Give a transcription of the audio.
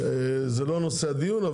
זה לא נושא הדיון,